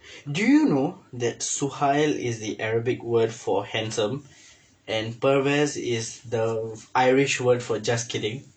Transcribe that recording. do you know that suhail is the arabic word for handsome and pervez is the irish word for just kidding